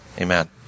Amen